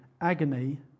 agony